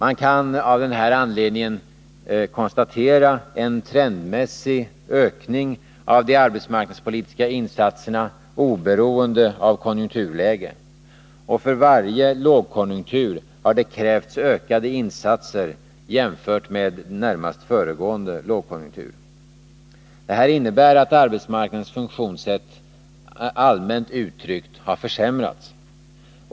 Man kan av denna anledning konstatera en trendmässig ökning av de arbetsmarknadspolitiska insatserna, oberoende av konjunkturläget. För varje lågkonjunktur har det krävts ökade insatser jämfört med närmast föregående lågkonjunktur. Detta innebär att arbetsmarknadens funktionssätt allmänt uttryckt har försämrats.